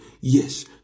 Yes